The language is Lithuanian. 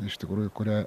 iš tikrųjų kurią